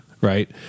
right